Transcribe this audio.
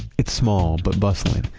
it's small but bustling,